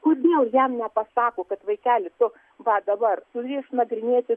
kodėl jam nepasako kad vaikeli tu va dabar turi išnagrinėti